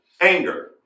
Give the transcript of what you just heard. anger